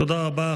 תודה רבה.